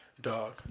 Dog